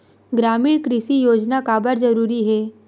ग्रामीण कृषि योजना काबर जरूरी हे?